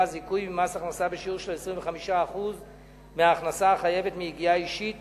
זיכוי ממס הכנסה בשיעור 25% מההכנסה החייבת מיגיעה אישית